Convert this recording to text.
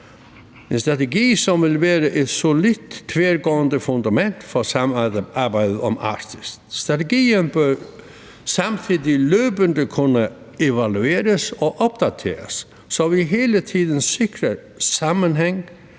en strategi, som vil være et solidt tværgående fundament for samarbejdet om Arktis. Strategien bør samtidig løbende kunne evalueres og opdateres, så vi hele tiden sikrer sammenhæng